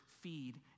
feed